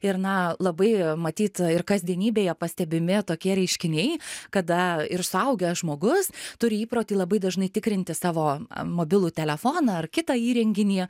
ir na labai matyt ir kasdienybėje pastebimi tokie reiškiniai kada ir suaugęs žmogus turi įprotį labai dažnai tikrinti savo mobilų telefoną ar kitą įrenginį